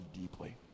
deeply